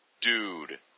Dude